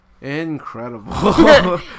incredible